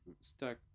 stuck